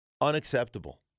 unacceptable